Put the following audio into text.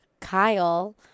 Kyle